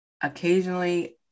occasionally